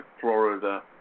Florida